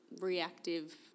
reactive